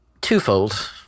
twofold